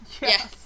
Yes